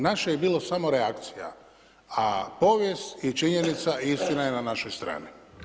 Naše je bilo samo reakcija, a povijest i činjenica i istina je na našoj strani.